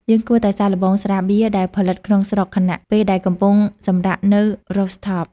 យើងគួរតែសាកល្បងស្រាបៀរដែលផលិតក្នុងស្រុក ខណៈពេលដែលកំពុងសម្រាកនៅ Rooftop។